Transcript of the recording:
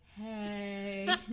hey